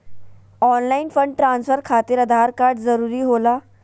Online fund transfer खातिर Aadhaar card जरूरी होला?